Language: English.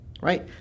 right